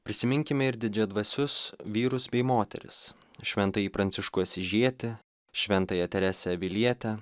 prisiminkime ir didžiadvasius vyrus bei moteris šventąjį pranciškų asyžietį šventąją teresę avilietę